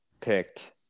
picked